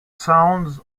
sounds